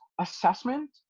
assessment